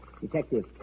detective